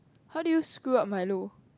how do you screw up milo